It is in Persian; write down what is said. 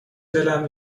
دلم